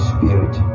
Spirit